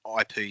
IP